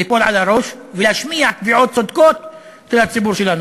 ליפול על הראש ולהשמיע תביעות צודקות של הציבור שלנו.